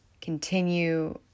Continue